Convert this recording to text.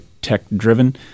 Tech-driven